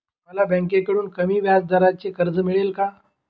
मला बँकेकडून कमी व्याजदराचे कर्ज मिळेल का?